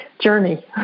journey